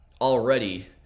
already